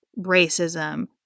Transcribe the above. racism